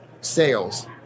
sales